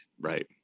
Right